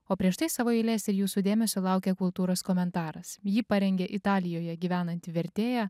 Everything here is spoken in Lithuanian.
o prieš tai savo eilės ir jūsų dėmesio laukia kultūros komentaras jį parengė italijoje gyvenanti vertėja